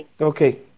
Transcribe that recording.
Okay